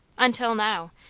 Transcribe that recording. until now,